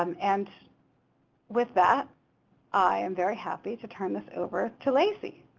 um and with that i am very happy to turn this over to lacey.